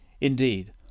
Indeed